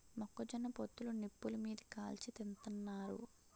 మొక్క జొన్న పొత్తులు నిప్పులు మీది కాల్చి తింతన్నారు